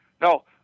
No